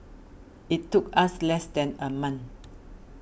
it took us less than a month